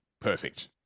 Perfect